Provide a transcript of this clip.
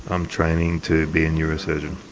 i'm training to be a neurosurgeon.